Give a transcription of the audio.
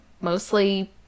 mostly